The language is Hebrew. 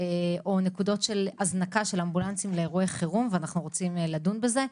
או נקודות של הזנקה של אמבולנסים לאירועי חירום ואנחנו רוצים לדון בזה.